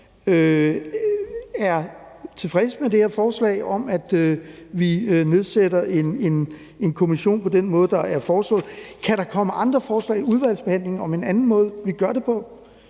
er tilfredse med det her forslag om, at vi nedsætter en kommission på den måde, der er foreslået. Kan der komme andre forslag i udvalgsbehandlingen til en anden måde, vi kan gøre det på?